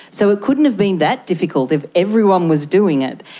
so it couldn't have been that difficult if everyone was doing it.